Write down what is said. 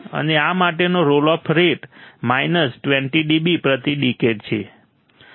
અને આ માટેનો roll off rate minus 20 dB પ્રતિ ડિકેડ છે